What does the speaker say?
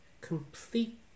complete